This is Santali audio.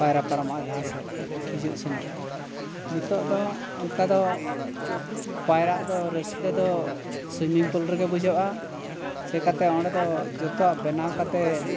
ᱯᱟᱭᱨᱟ ᱯᱟᱨᱚᱢᱚᱜᱼᱟ ᱡᱟᱦᱟᱸ ᱥᱮᱫ ᱦᱤᱡᱩᱜ ᱥᱮᱱᱚᱜ ᱨᱮ ᱱᱤᱛᱳᱜ ᱫᱚ ᱚᱱᱠᱟ ᱫᱚ ᱯᱟᱭᱨᱟᱜ ᱫᱚ ᱨᱟᱹᱥᱠᱟᱹ ᱫᱚ ᱥᱩᱭᱢᱤᱝ ᱯᱩᱞ ᱨᱮᱜᱮ ᱵᱩᱡᱷᱟᱹᱜᱼᱟ ᱥᱮ ᱠᱟᱛᱮ ᱚᱸᱰᱮ ᱫᱚ ᱡᱚᱛᱚᱣᱟᱜ ᱵᱮᱱᱟᱣ ᱠᱟᱛᱮ